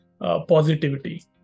positivity